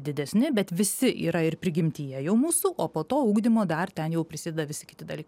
didesni bet visi yra ir prigimtyje jau mūsų o po to ugdymo dar ten jau prisideda visi kiti dalykai